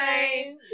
change